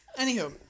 anywho